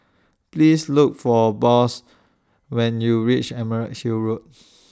Please Look For Boss when YOU REACH Emerald Hill Road